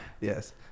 Yes